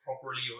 properly